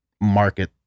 market